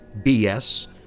BS